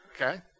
Okay